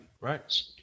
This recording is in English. right